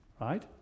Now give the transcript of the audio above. right